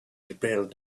prepared